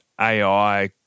AI